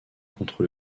contre